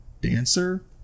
dancer